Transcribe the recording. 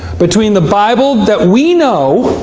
between the bible that we know